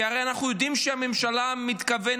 כי הרי אנחנו יודעים שהממשלה מתכוונת